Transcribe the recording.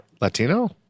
Latino